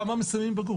כמה מסיימים בגרות?